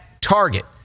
Target